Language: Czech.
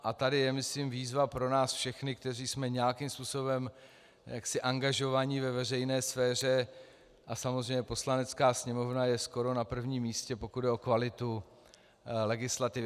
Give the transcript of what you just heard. A tady je myslím výzva pro nás všechny, kteří jsme nějakým způsobem angažovaní ve veřejné sféře, a samozřejmě Poslanecká sněmovna je skoro na prvním místě, pokud jde o kvalitu legislativy.